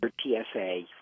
TSA